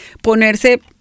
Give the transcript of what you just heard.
ponerse